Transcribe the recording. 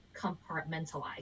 compartmentalize